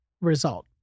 result